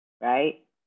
right